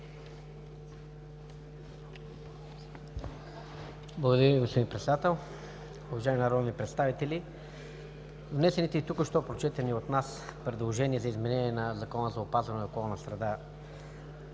Благодаря Ви, господин Председател. Уважаеми народни представители, внесените и току-що прочетени от нас предложения за изменение на Закона за опазване на околната среда